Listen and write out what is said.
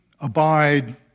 abide